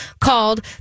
called